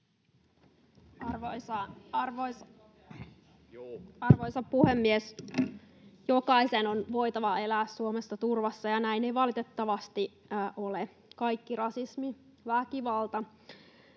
Arvoisa puhemies! Jokaisen on voitava elää Suomessa turvassa, ja näin ei valitettavasti ole. Kaikki rasismi, väkivalta,